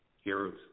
heroes